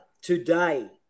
Today